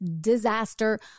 disaster